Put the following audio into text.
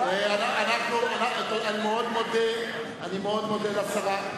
אני מאוד מודה לשרה.